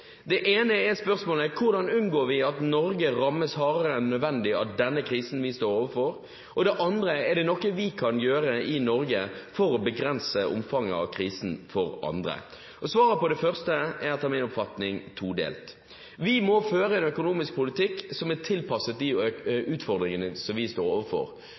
Det ene er: Hvordan unngår vi at Norge rammes hardere enn nødvendig av denne krisen vi står overfor? Og det andre: Er det noe vi kan gjøre i Norge for å begrense omfanget av krisen for andre? Svaret på det første spørsmålet er etter min oppfatning todelt. Vi må føre en økonomisk politikk som er tilpasset de utfordringene som vi står overfor.